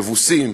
יבוסים,